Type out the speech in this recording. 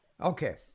Okay